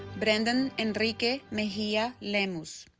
brandon enrique mejia lemus